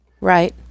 Right